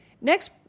Next